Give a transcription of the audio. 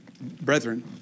Brethren